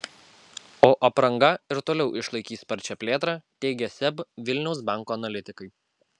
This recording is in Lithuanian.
o apranga ir toliau išlaikys sparčią plėtrą teigia seb vilniaus banko analitikai